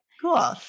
cool